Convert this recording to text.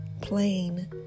plain